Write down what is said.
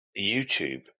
YouTube